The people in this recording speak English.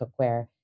cookware